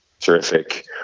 terrific